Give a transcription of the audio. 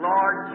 Lord